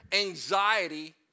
anxiety